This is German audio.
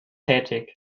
tätig